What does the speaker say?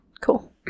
Cool